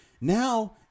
Now